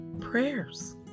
prayers